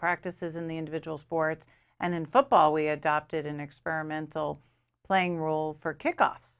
practices in the individual sports and in football we adopted an experimental playing role for kickoff